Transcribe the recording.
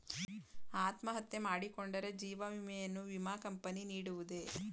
ಅತ್ಮಹತ್ಯೆ ಮಾಡಿಕೊಂಡರೆ ಜೀವ ವಿಮೆಯನ್ನು ವಿಮಾ ಕಂಪನಿ ನೀಡುವುದೇ?